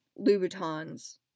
Louboutins